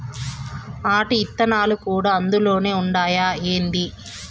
ఆటి ఇత్తనాలు కూడా అందులోనే ఉండాయా ఏంది